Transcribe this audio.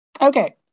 Okay